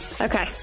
Okay